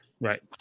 Right